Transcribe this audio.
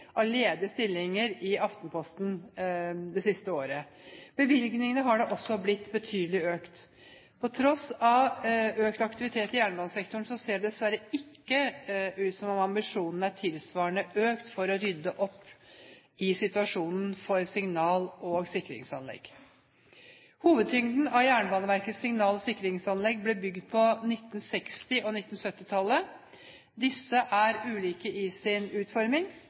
av ledige stillinger i Aftenposten det siste året. Bevilgningene har da også blitt betydelig økt. På tross av økt aktivitet i jernbanesektoren ser det dessverre ikke ut som om ambisjonene er tilsvarende økt for å rydde opp i situasjonen for signal- og sikringsanlegg. Hovedtyngden av Jernbaneverkets signal- og sikringsanlegg ble bygd på 1960- og 1970-tallet. Disse er ulike i sin utforming,